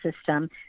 system